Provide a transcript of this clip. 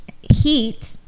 heat